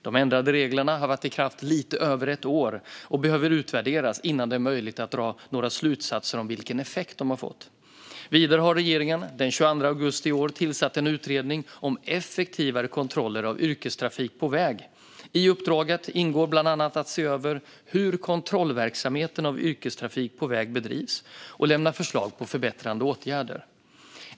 De ändrade reglerna har varit i kraft lite över ett år och behöver utvärderas innan det är möjligt att dra några slutsatser om vilken effekt de fått. Vidare har regeringen den 22 augusti i år tillsatt en utredning om effektivare kontroller av yrkestrafik på väg. I uppdraget ingår bland annat att se över hur kontrollverksamheten av yrkestrafik på väg bedrivs och lämna förslag på förbättrande åtgärder.